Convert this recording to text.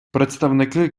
представники